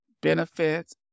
benefits